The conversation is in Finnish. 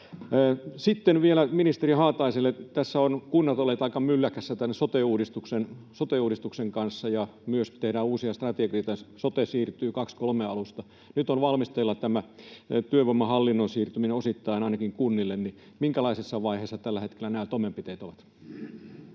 Sitten vielä ministeri Haataiselle: Tässä ovat kunnat olleet aika mylläkässä tämän sote-uudistuksen kanssa, ja tehdään myöskin uusia strategioita, sote siirtyy vuoden 23 alusta. Kun nyt on valmisteilla tämä työvoimahallinnon siirtyminen kunnille ainakin osittain, niin minkälaisessa vaiheessa tällä hetkellä nämä toimenpiteet ovat?